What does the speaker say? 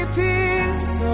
peace